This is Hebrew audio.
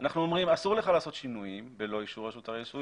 אנחנו אומרים שאסור לך לעשות שינויים בלא אישור רשות הרישוי